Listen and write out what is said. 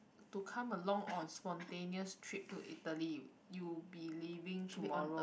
to come along on spontaneous trip to italy you will be leaving tomorrow